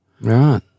Right